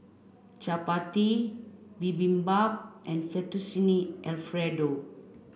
Chapati Bibimbap and Fettuccine Alfredo